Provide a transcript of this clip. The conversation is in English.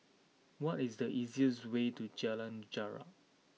what is the easiest way to Jalan Jarak